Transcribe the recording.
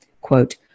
quote